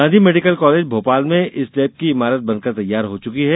Gandhi medical college Bhopal में इस lab की इमारत बन कर तैयार हो चुकी है